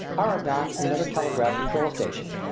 aradan is another telegraph control station,